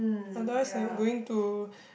otherwise like going to